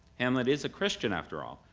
hamlet is a christian, after all,